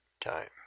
time